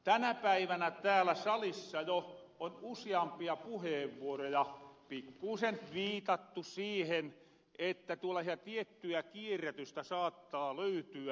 tänä päivänä täällä salissa jo on usiampia puheenvuoroja pikkuusen viitattu siihen että tuollahia tiettyjä kierrätystä saattaa löytyä